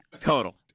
total